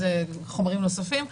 זה חומרים נוספים,